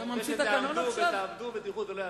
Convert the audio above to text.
אם תעמדו, זה לא יעזור.